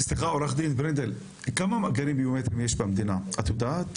את יודעת כמה מאגרים ביומטריים יש במדינה?